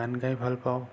গান গাই ভাল পাওঁ